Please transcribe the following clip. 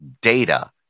Data